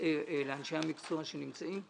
לאנשי המקצוע שנמצאים פה.